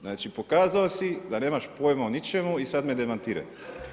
Znači pokazao si da nemaš pojma o ničemu i sad me demantiraj.